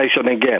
again